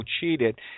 cheated